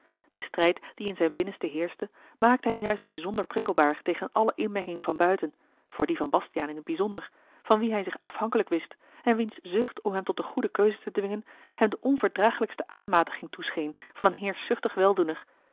de strijd die in zijn binnenste heerschte maakte hem juist bijzonder prikkelbaar tegen alle inmenning van buiten voor die van bastiaan in t bijzonder van wien hij zich afhankelijk wist en wiens zucht om hem tot de goede keuze te dwingen hem de onverdraaglijkste aanmatiging toescheen van een